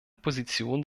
position